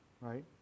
right